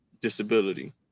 disability